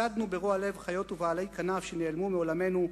צדנו ברוע לב חיות ובעלי כנף שנעלמו מעולמנו.